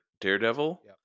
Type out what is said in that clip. Daredevil